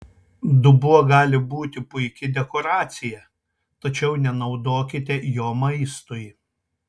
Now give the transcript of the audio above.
dubuo gali būti puiki dekoracija tačiau nenaudokite jo maistui